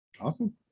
Awesome